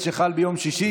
שחל ביום שישי?